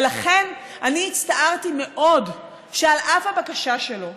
ולכן, אני הצטערתי מאוד שעל אף הבקשה שלו,